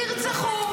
תרצחו.